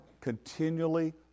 continually